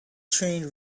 trained